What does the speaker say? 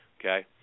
Okay